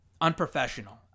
unprofessional